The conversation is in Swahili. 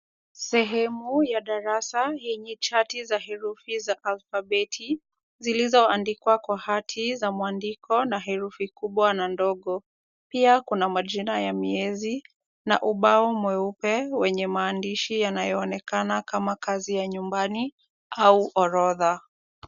Sehemu ya darasa yenye chati za herufi za alfabeti, zilizoandikwa kwa hati ya mwandiko na herufi kubwa na ndogo. Pia kuna majina ya miezi na ubao mweupe wenye maandishi yanayoonekana kama kazi ya nyumbani au orodha.